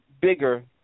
bigger